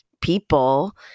people